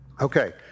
Okay